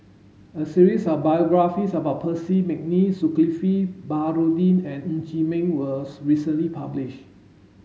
a series of biographies about Percy McNeice Zulkifli Baharudin and Ng Chee Meng was recently publish